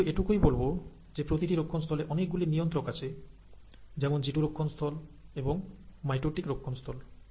আমি শুধু এটুকুই বলবো যে প্রতিটি রক্ষণস্থলে অনেকগুলি নিয়ন্ত্রক আছে যেমন জিটু রক্ষণস্থল এবং মাইটোটিক রক্ষণস্থল